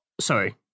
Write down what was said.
Sorry